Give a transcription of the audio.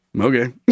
Okay